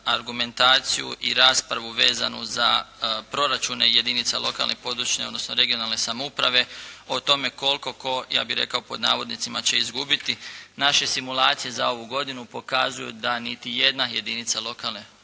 argumentaciju i raspravu vezanu za proračune jedinica lokalne i područne odnosno regionalne samouprave o tome koliko tko, ja bih rekao pod navodnicima "će izgubiti". Naše simulacije za ovu godinu pokazuju da niti jedna jedinica lokalne područne